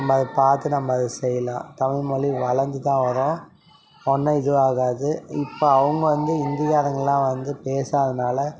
நம்ம அதை பார்த்து நம்ம அதை செய்யலாம் தமிழ் மொழி வளர்ந்து தான் வரும் ஒன்றும் இதுவாகாது இப்போ அவங்க வந்து ஹிந்திக்காரங்கலாம் வந்து பேசாததினால